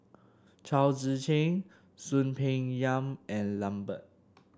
Chao Tzee Cheng Soon Peng Yam and Lambert